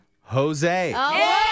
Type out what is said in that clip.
Jose